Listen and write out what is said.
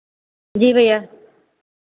जी भैया